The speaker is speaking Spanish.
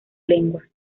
lengua